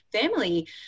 family